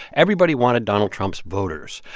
everybody wanted donald trump's voters,